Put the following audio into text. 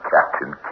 Captain